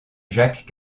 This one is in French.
jacques